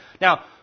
Now